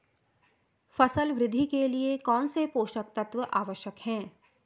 फसल वृद्धि के लिए कौनसे पोषक तत्व आवश्यक हैं?